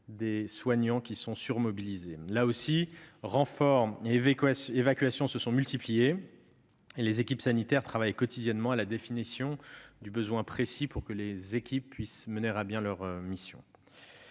des soignants, qui sont surmobilisés. Là aussi, renforts et évacuations se sont multipliés. Les équipes sanitaires travaillent quotidiennement à la définition du besoin précis pour que les missions puissent être menées à bien.